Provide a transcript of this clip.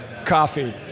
Coffee